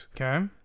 Okay